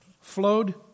flowed